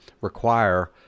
require